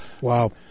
Wow